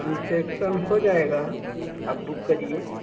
concession हो जाएगा आप बुक करिए